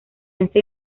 ese